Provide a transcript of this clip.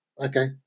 Okay